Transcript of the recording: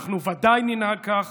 אנחנו ודאי ננהג כך